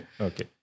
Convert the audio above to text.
Okay